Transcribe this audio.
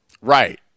Right